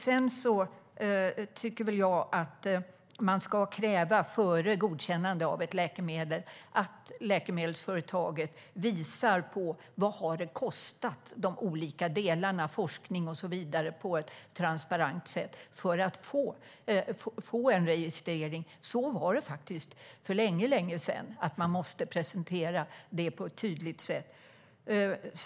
Jag tycker att man före godkännande av ett läkemedel ska kräva att läkemedelsföretaget på ett transparent sätt visar vad de olika delarna, forskning och så vidare, har kostat för att få en registrering. Så var det faktiskt för länge sedan - då var man tvungen att presentera detta på ett tydligt sätt.